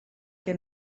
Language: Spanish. que